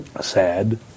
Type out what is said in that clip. Sad